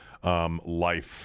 Life